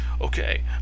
okay